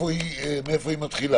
מאיפה היא מתחילה?